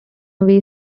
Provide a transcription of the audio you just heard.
away